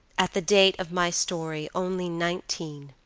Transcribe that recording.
at the date of my story, only nineteen.